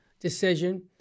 decision